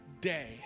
day